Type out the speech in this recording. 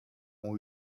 ont